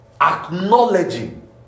acknowledging